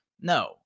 No